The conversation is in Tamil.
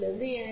எனவே டி